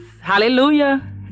Hallelujah